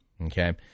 Okay